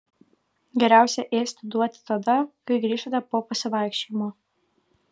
geriausia ėsti duoti tada kai grįžtate po pasivaikščiojimo